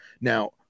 Now